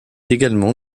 également